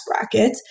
bracket